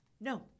No